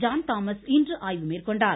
John Thomas இன்று ஆய்வு மேற்கொண்டார்